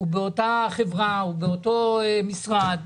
ובאותה חברה או באותו משרד,